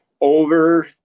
over